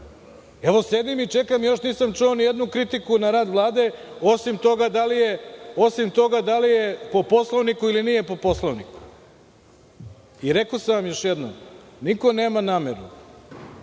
Sedim i čekam i još uvek nisam čuo ni jednu kritiku na rad Vlade, osim toga da li je po Poslovniku ili nije po Poslovniku. Rekao sam vam još jednom, niko nema nameru